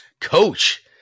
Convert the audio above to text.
Coach